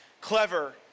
clever